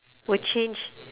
will change